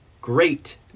great